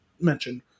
mentioned